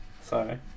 Sorry